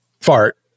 fart